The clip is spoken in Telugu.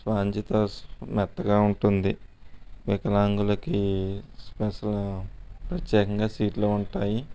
స్పాంజితో మెత్తగా ఉంటుంది వికలాంగులకి స్పెషల్ ప్రత్యేకంగా సీట్లు ఉంటాయి